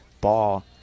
ball